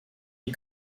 die